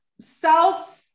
self